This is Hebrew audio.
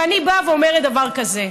ואני באה ואומרת דבר כזה: